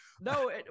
No